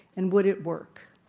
and would it work?